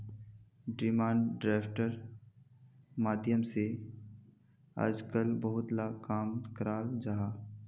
demand ड्राफ्टेर माध्यम से आजकल बहुत ला काम कराल जाहा